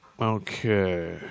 Okay